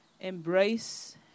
Embrace